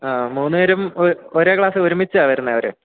ആ മൂന്നുപേരും ഒരേ ക്ലാസ്സിൽ ഒരുമിച്ചാണ് വരുന്നത് അവർ